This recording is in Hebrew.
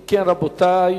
אם כן, רבותי,